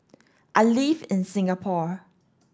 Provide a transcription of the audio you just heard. I live in Singapore